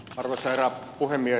arvoisa herra puhemies